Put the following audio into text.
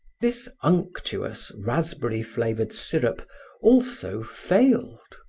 this unctuous raspberry-flavored syrup also failed.